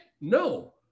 no